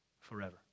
forever